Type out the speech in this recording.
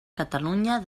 catalunya